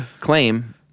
claim